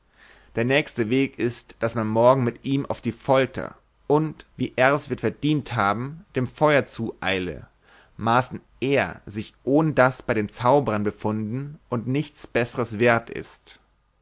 der nächste weg ist daß man morgen mit ihm auf die folter und wie ers wird verdient haben dem feuer zueile maßen er sich ohn das bei den zauberern befunden und nichts bessers wert ist